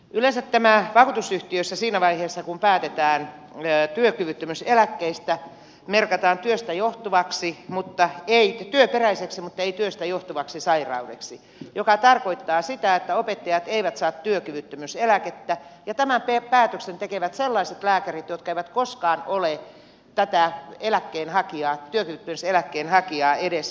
yleensä tämä vakuutusyhtiössä siinä vaiheessa kun päätetään työkyvyttömyyseläkkeistä merkataan työperäiseksi mutta ei työstä johtuvaksi sairaudeksi mikä tarkoittaa sitä että opettajat eivät saa työkyvyttömyyseläkettä ja tämän päätöksen tekevät sellaiset lääkärit jotka eivät koskaan ole tätä työkyvyttömyyseläkkeen hakijaa edes nähneetkään